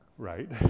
Right